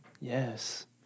Yes